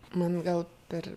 mano gal per